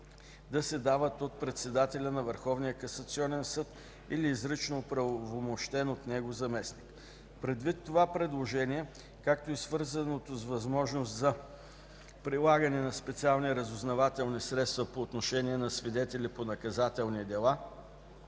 да се дават от председателя на Върховния касационен съд или изрично оправомощен от него заместник. Предвид това предложение, както и свързаното с възможност за прилагане на специални разузнавателни средства по отношение на свидетели по наказателни дела,